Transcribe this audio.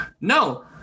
No